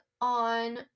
on